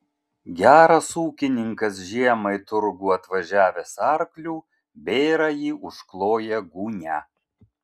geras ūkininkas žiemą į turgų atvažiavęs arkliu bėrąjį užkloja gūnia